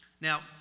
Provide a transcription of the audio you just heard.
Now